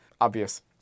obvious